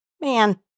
man